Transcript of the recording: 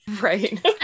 right